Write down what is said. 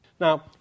Now